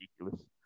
ridiculous